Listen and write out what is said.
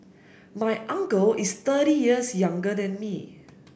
my uncle is thirty years younger than me